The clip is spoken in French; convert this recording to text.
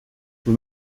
vous